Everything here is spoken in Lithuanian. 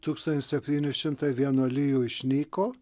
tūkstantis septyni šimtai vienuolijų išnyko